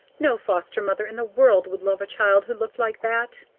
no foster mother in the world would love a child who looked like that.